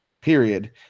period